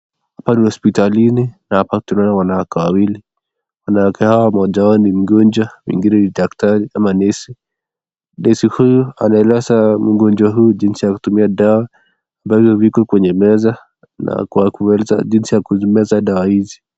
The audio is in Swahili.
Hapa ni hospitalini na hapa tunaona wanawake wawili. Wanawake hawa mmoja wao ni mgonjwa mwingine ni daktari ama nesi. Nesi huyu anaeleza mgonjwa huyu jinsi ya kutumia dawa ambayo viko kwenye meza na kwa kuweza jinsi ya kumeza dawa hizi.